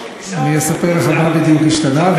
אספר לך מה בדיוק השתנה,